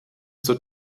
zur